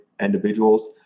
individuals